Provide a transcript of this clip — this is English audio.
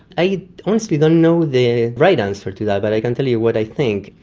i honestly don't know the right answer to that but i can tell you what i think.